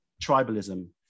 tribalism